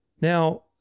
Now